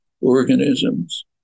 organisms